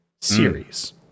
series